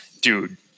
dude